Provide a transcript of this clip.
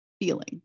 feeling